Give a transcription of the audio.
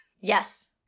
Yes